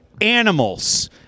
animals